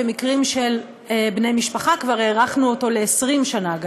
במקרים של בני משפחה כבר הארכנו אותו גם ל-20 שנה.